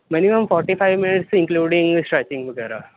minimum forty five minutes including stretching ਵਗੈਰਾ